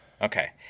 Okay